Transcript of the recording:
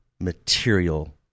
material